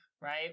right